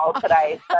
today